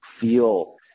feel